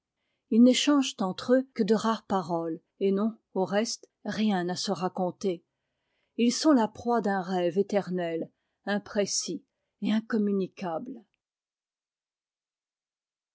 ils n'échangent entre eux que de rares paroles et n'ont au reste rien à se raconter ils sont la proie d'un rêve éternel imprécis et incommunicable